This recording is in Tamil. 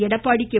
எடப்பாடி கே